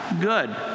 good